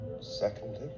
Secondly